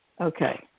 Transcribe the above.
Okay